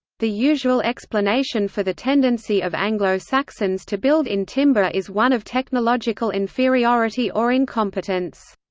the usual explanation for the tendency of anglo-saxons to build in timber is one of technological inferiority or incompetence.